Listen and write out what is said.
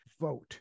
vote